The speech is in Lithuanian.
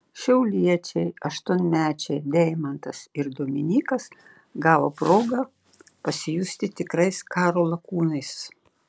šiauliečiai aštuonmečiai deimantas ir dominykas gavo progą pasijusti tikrais karo lakūnais